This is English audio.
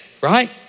right